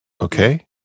Okay